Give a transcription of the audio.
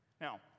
Now